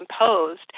imposed